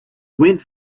went